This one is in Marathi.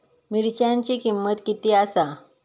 मिरच्यांची किंमत किती आसा?